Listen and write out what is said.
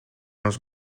los